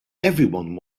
everyone